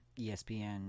ESPN